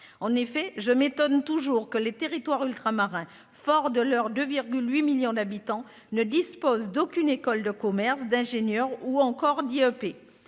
Je m'étonne toujours que les territoires ultramarins, forts de leurs 2,8 millions d'habitants, ne disposent d'aucune école de commerce, école d'ingénieur ou institut